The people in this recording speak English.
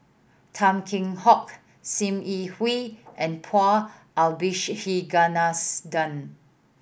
Tan Kheam Hock Sim Yi Hui and Paul Abisheganaden